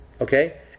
Okay